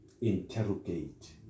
interrogate